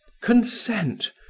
Consent